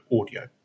audio